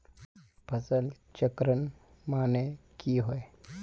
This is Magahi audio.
फसल चक्रण माने की होय?